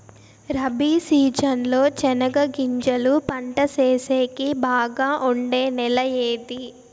Rabi season లో చెనగగింజలు పంట సేసేకి బాగా ఉండే నెల ఏది?